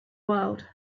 world